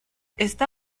está